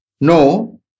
No